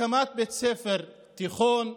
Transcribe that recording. הקמת בית ספר תיכון,